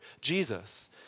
Jesus